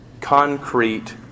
concrete